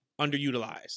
underutilized